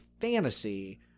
fantasy